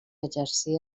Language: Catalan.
exercí